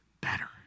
better